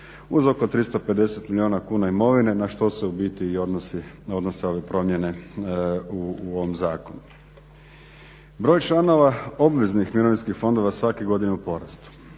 uz oko 350 milijuna kuna imovine na što se u biti i odnose ove promjene u ovom zakonu. Broj članova obveznih mirovinskih fondova svake godine je u porastu,